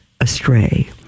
astray